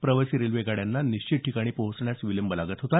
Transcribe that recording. प्रवासी रेल्वे गाड्यांना निश्चित ठिकाणी पोहोचण्यास विलंब लागत होता